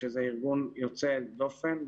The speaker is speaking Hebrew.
שזה ארגון יוצא דופן,